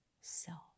self